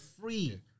free